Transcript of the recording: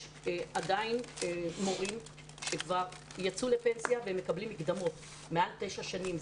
עדיין יש מורים שיצאו לפנסיה והם מקבלים מקדמות וזה מעל תשע שנים.